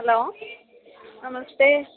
hello नमस्ते